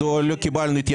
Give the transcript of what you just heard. תודה רבה, אדוני.